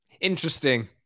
Interesting